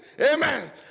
Amen